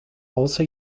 also